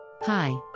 Hi